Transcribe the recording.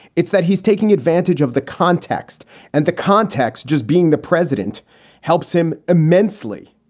it's that he's taking advantage of the context and the context just being the president helps him immensely.